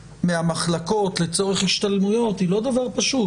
מהמחלקות לצורך השתלמויות היא לא דבר פשוט.